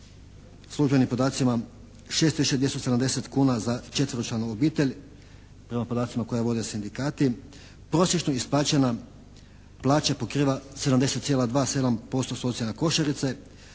službenim podacima 6 tisuća 270 kuna za četveročlanu obitelj, prema podacima koje vode sindikati. Prosječno isplaćena plaća pokriva 70,27% socijalne košarice.